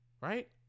Right